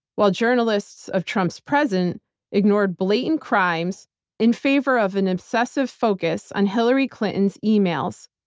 while journalists of trump's present ignored blatant crimes in favor of an obsessive focus on hilary clinton's emails,